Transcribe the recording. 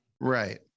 right